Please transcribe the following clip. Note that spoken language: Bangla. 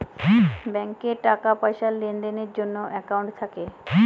ব্যাঙ্কে টাকা পয়সার লেনদেনের জন্য একাউন্ট থাকে